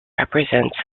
represents